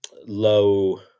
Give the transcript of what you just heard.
Low